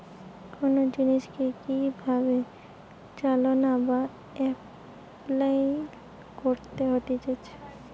কোন জিনিসকে কি ভাবে চালনা বা এপলাই করতে হতিছে